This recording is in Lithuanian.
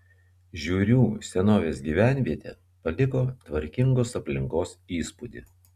žiūrių senovės gyvenvietė paliko tvarkingos aplinkos įspūdį